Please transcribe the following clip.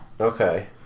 Okay